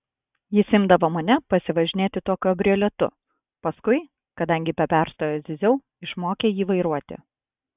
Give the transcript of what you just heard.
jis imdavo mane pasivažinėti tuo kabrioletu paskui kadangi be perstojo zyziau išmokė jį vairuoti